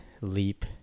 leap